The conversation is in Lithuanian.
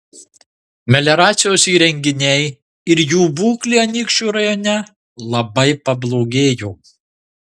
melioracijos įrenginiai ir jų būklė anykščių rajone labai pablogėjo